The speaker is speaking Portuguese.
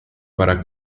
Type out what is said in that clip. para